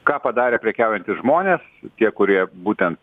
ką padarė prekiaujantys žmonės tie kurie būtent